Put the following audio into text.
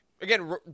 again